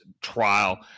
trial